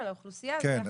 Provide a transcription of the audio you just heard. כן,